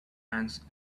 ants